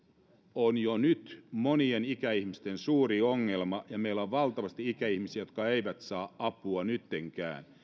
on jo nyt monien ikäihmisten suuri ongelma ja meillä on valtavasti ikäihmisiä jotka eivät saa apua nyttenkään